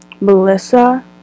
Melissa